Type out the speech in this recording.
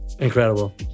Incredible